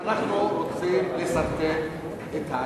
היושב-ראש, אנחנו רוצים לסרטט את העתיד,